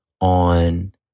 on